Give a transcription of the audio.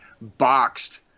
boxed